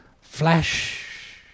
Flash